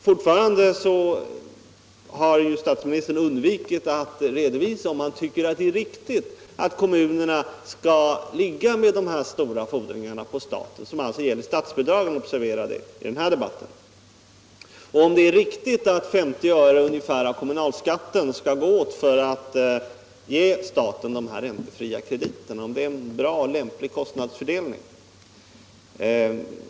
Fortfarande har finansministern undvikit att redovisa om han tycker att det är riktigt att kommunerna skall ligga med dessa stora fordringar på staten, fordringar som alltså gäller statsbidragen — observera det — i den här debatten, och om han tycker att det innebär en bra och lämplig kostnadsfördelning att ungefär 50 öre av kommunalskatten skall gå åt för att ge staten dessa räntefria krediter.